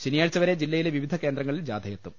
ശനിയാഴ്ച വരെ ജില്ലയിലെ വിവിധ കേന്ദ്രങ്ങളിൽ ജാഥയെത്തും